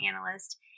analyst